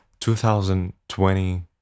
2020